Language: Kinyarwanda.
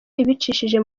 ibicishije